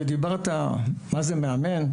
ודיברת מה זה מאמן,